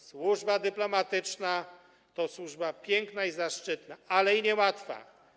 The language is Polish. Służba dyplomatyczna to służba piękna i zaszczytna, ale i niełatwa.